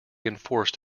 enforced